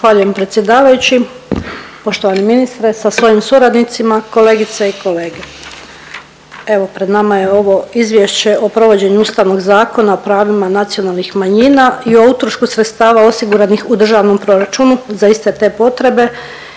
Zahvaljujem predsjedavajući. Poštovani ministre sa svojim suradnicima, kolegice i kolege, evo pred nama je ovo Izvješće o provođenju Ustavnog zakona o pravima nacionalnih manjina i o utrošku sredstava osiguranih u državnom proračunu za iste te potrebe